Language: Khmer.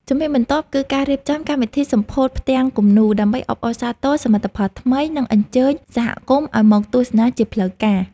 ជំហានបន្ទាប់ គឺការរៀបចំកម្មវិធីសម្ពោធផ្ទាំងគំនូរ ដើម្បីអបអរសាទរសមិទ្ធផលថ្មី និងអញ្ជើញសហគមន៍ឱ្យមកទស្សនាជាផ្លូវការ។